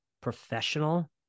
professional